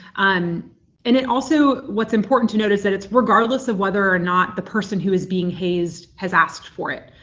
um and it also, what's important to notice, that it's regardless of whether or not the person who is being hazed has asked for it.